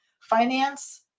finance